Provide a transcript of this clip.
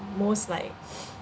most like